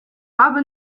baba